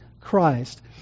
Christ